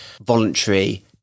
voluntary